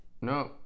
No